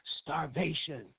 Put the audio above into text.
starvation